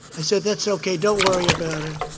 i said, that's ok. don't worry about it.